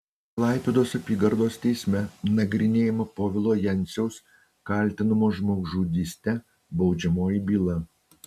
klaipėdos apygardos teisme nagrinėjama povilo jenciaus kaltinamo žmogžudyste baudžiamoji byla